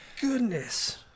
Goodness